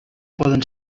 poden